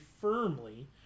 firmly